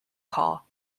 call